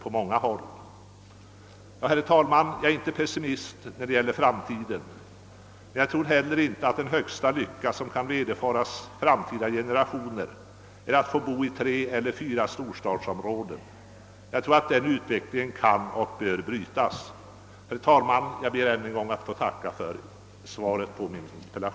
Jag är inte pessimist när det gäller framtiden. Men jag tror heller inte att den högsta lycka som kan vederfaras framtida generationer är att få bo i tre eller fyra storstadsområden. Jag tror att den utvecklingen kan och bör brytas. Herr talman! Jag ber att än en gång få tacka inrikesministern för svaret.